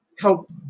help